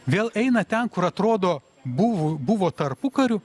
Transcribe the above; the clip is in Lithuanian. vėl eina ten kur atrodo buvo buvo tarpukariu